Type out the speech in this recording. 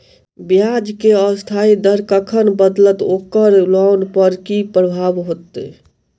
ब्याज केँ अस्थायी दर कखन बदलत ओकर लोन पर की प्रभाव होइत?